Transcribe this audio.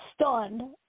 stunned